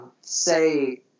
say